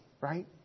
right